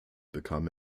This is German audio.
bekam